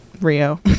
Rio